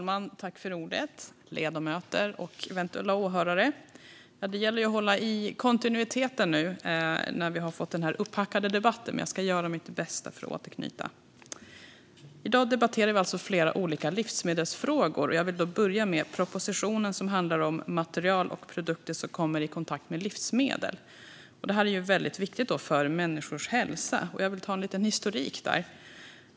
Fru talman, ledamöter och eventuella åhörare! Det gäller att hålla i kontinuiteten med tanke på den upphackade debatten, men jag ska göra mitt bästa för att återknyta. I dag debatterar vi alltså flera olika livsmedelsfrågor. Jag ska börja med propositionen som handlar om material och produkter som kommer i kontakt med livsmedel. Det här är ju väldigt viktigt för människors hälsa. Låt mig börja med lite historik.